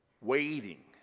waiting